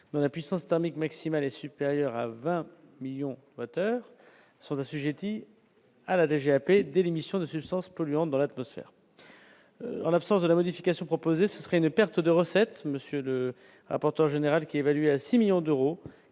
dans la puissance thermique maximale est supérieur à 20 millions amateurs sont assujettis à la DGA plaider l'émission de substances polluantes dans l'atmosphère, en l'absence de la modification proposée, ce serait une perte de recettes monsieur de apporte général qui est évalué à 6 millions d'euros,